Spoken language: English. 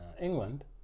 England